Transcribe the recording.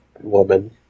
woman